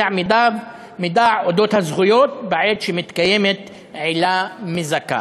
מידע על הזכויות בעת שמתקיימת עילה מזכה.